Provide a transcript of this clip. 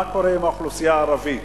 מה קורה עם האוכלוסייה הערבית